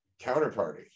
counterparty